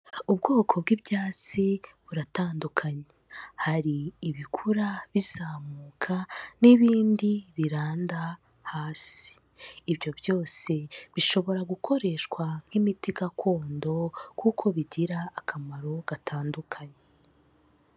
Ubwoko bw'ibyatsi buratandukanye, hari ibikura bizamuka n'ibindi biranda hasi. Ibyo byose bishobora gukoreshwa nk'imiti gakondo kuko bigira akamaro gatandukanye.